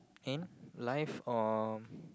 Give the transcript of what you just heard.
in life or